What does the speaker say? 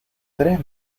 tres